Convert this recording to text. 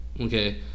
Okay